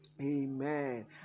amen